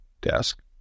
desk